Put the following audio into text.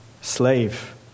slave